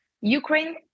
Ukraine